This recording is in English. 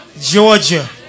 Georgia